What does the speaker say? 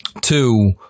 two